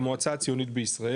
'המועצה הציונית בישראל',